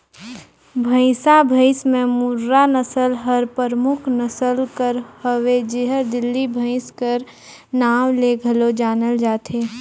भंइसा भंइस में मुर्रा नसल हर परमुख नसल कर हवे जेहर दिल्ली भंइस कर नांव ले घलो जानल जाथे